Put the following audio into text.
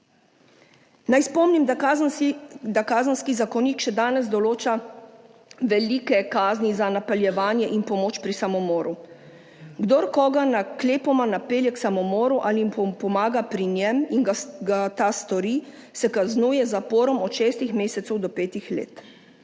Naj spomnim, da Kazenski zakonik še danes določa velike kazni za napeljevanje in pomoč pri samomoru. Kdor koga naklepoma napelje k samomoru ali mu pomaga pri njem in ga ta stori, se kaznuje z zaporom od šestih mesecev do petih let.